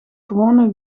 gewone